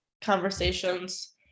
conversations